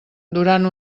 durant